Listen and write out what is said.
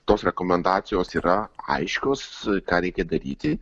tos rekomendacijos yra aiškios ką reikia daryti